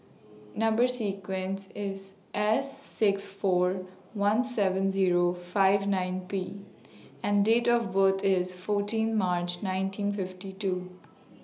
Number sequence IS S six four one seven Zero five nine P and Date of birth IS fourteen March nineteen fifty two